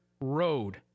road